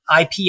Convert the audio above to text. IP